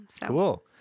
Cool